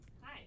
Hi